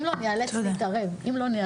אם לא, אני אאלץ להתערב וחבל.